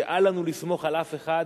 שאל לנו לסמוך על אף אחד